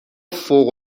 فوق